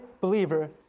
believer